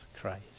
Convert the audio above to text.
Christ